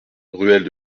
ruelle